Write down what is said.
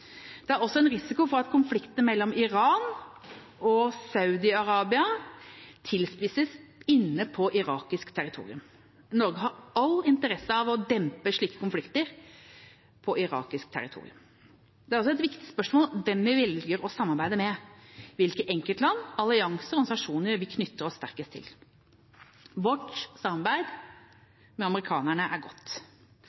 Det er også en risiko for at konfliktene mellom Iran og Saudi-Arabia tilspisses inne på irakisk territorium. Norge har all interesse av å dempe slike konflikter på irakisk territorium. Det er også et viktig spørsmål hvem vi velger å samarbeide med, hvilke enkeltland, allianser og organisasjoner vi knytter oss sterkest til. Vårt samarbeid